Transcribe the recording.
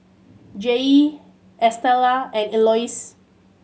Jaye Estella and Elois